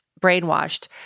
brainwashed